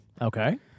Okay